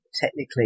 technically